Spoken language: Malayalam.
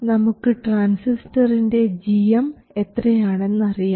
നമുക്ക് ട്രാൻസിസ്റ്ററിൻറെ gm എത്രയാണെന്ന് അറിയാം